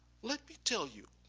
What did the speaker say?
let me tell you